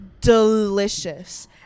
Delicious